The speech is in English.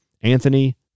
Anthony